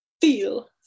feel